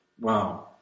Wow